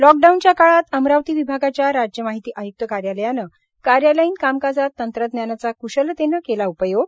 लॉकडाऊनच्या काळात अमरावती विभागाच्या राज्य माहिती आय्क्त कार्यालयाने कार्यालयीन कामकाजात तंत्रज्ञानाचा क्शलतेने केला उपयोग